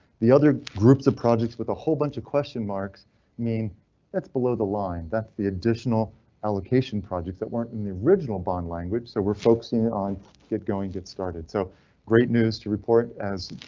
the other groups of projects with a whole bunch of question marks mean that's below the line. that's the additional allocation projects that weren't in the original bond language, so we're focusing on get going. get started. so great news to report as